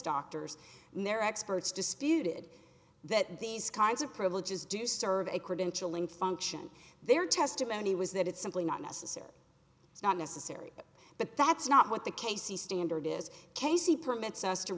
doctors and their experts disputed that these kinds of privileges do serve a credentialing function their testimony was that it's simply not necessary it's not necessary but that's not what the case the standard is casey permits us to